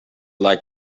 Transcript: like